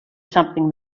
something